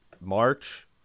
March